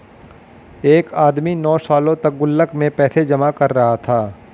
एक आदमी नौं सालों तक गुल्लक में पैसे जमा कर रहा था